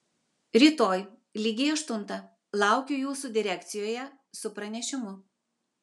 rytoj lygiai aštuntą laukiu jūsų direkcijoje su pranešimu